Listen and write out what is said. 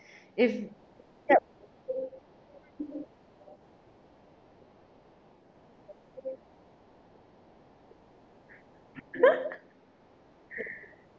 if